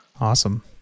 Awesome